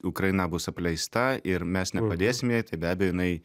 ukraina bus apleista ir mes nepadėsim jai tai be abejo jinai